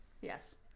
yes